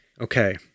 Okay